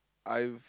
I've